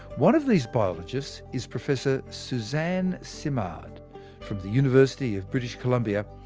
one of these biologists is professor suzanne simard from the university of british columbia,